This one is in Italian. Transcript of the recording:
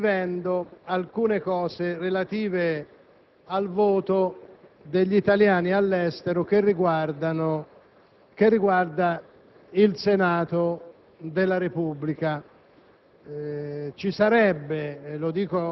sta riportando alcune notizie relative al voto degli italiani all'estero riguardante il Senato della Repubblica: